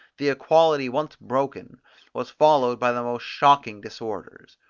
the equality once broken was followed by the most shocking disorders.